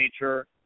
nature